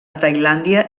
tailàndia